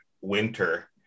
winter